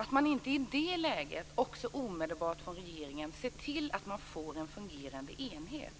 Att regeringen i det läget inte omedelbart skapar en fungerande enhet